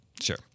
sure